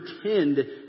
pretend